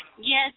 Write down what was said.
Yes